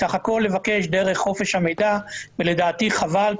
צריך את הכול לבקש דרך חוק חופש המידע ולדעתי חבל,